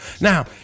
Now